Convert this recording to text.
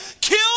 Kill